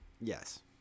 yes